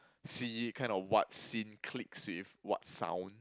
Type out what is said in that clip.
see it kind of what scene clicks with what sound